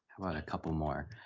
about a couple more?